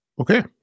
Okay